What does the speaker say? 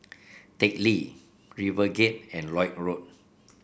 Teck Lee RiverGate and Lloyd Road